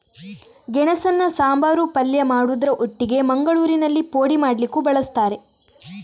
ಗೆಣಸನ್ನ ಸಾಂಬಾರು, ಪಲ್ಯ ಮಾಡುದ್ರ ಒಟ್ಟಿಗೆ ಮಂಗಳೂರಿನಲ್ಲಿ ಪೋಡಿ ಮಾಡ್ಲಿಕ್ಕೂ ಬಳಸ್ತಾರೆ